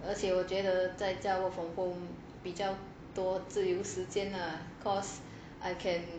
而且我觉得在家 work from home 比较多自由时间 lah cause I can